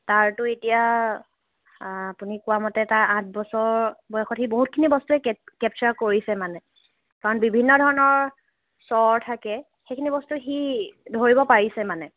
তাৰতো এতিয়া আপুনি কোৱামতে তাৰ আঠ বছৰ বয়সত সি বহুতখিনি বস্তুৱে ক কেপচাৰ কৰিছে মানে কাৰণ বিভিন্ন ধৰণৰ স্বৰ থাকে সেইখিনি বস্তু সি ধৰিব পাৰিছে মানে